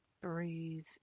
Breathe